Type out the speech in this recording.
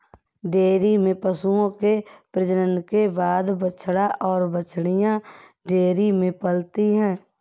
dairy में पशुओं के प्रजनन के बाद बछड़ा और बाछियाँ डेयरी में पलते हैं